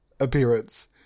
appearance